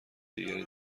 دیگری